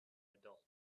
adult